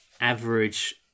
average